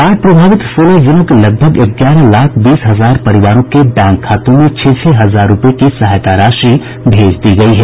बाढ़ प्रभावित सोलह जिलों के लगभग ग्यारह लाख बीस हजार परिवारों के बैंक खातों में छह छह हजार रूपये की सहायता राशि भेज दी गयी है